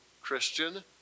Christian